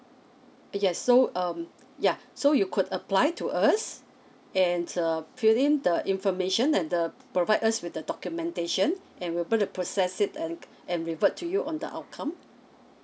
yes so um yeah so you could apply to us and uh fill in the information and then provide us with the documentation and we'll be able to process it and and revert to you on the outcome